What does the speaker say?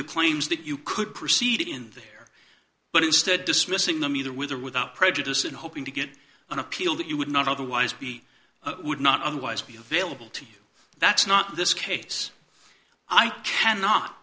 the claims that you could proceed in the air but instead dismissing them either with or without prejudice and hoping to get an appeal that you would not otherwise be would not otherwise be available to you that's not this case i cannot